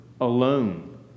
alone